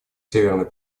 северной